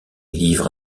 livres